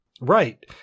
Right